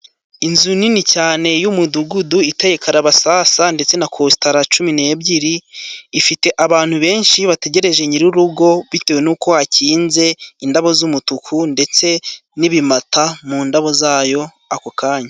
Inzu nini cyane y'umudugudu, iteye karabasasa ndetse na kositra cumi n'ebyiri, ifite abantu benshi bategereje nyirurugo bitewe nuko hakinze. Indabo z'umutuku, ndetse n'ibimata mu ndabo zayo ako kanya.